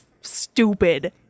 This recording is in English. stupid